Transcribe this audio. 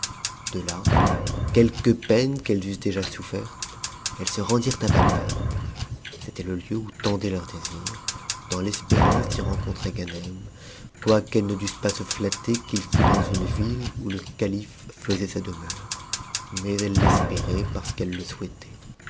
de là quelques peines qu'eues eussent déjà souffertes elles se rendirent à bagdad c'était le lieu où tendaient leurs désirs dans l'espérance d'y rencontrer ganem quoiqu'elles ne dussent pas se flatter qu'il fut dans une ville où le calife faisait sa demeure mais eues l'espéraient parc qu'elles le souhaitaient